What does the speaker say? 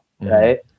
Right